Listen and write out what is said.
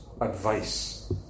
advice